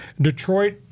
Detroit